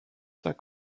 saint